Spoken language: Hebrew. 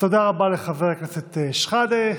תודה רבה לחבר הכנסת שחאדה.